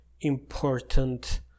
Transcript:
important